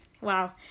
wow